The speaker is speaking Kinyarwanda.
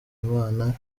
imana